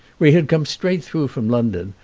we had come straight through from london,